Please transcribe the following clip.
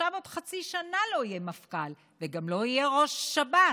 ועכשיו עוד חצי שנה לא יהיה מפכ"ל וגם לא יהיה ראש שב"ס?